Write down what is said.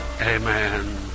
amen